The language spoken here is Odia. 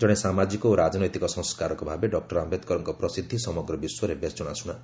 ଜଣେ ସାମାଜିକ ଓ ରାଜନୈତିକ ସଂସ୍କାରକ ଭାବେ ଡକ୍ଟର ଆୟେଦକରଙ୍କ ପ୍ରସିଦ୍ଧି ସମଗ୍ର ବିଶ୍ୱରେ ବେଶ ଜଣାଶୁଣା